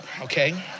Okay